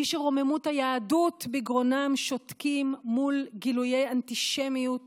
מי שרוממות היהדות בגרונם שותקים מול גילויי אנטישמיות